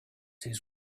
his